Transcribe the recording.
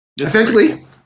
essentially